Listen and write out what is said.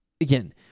Again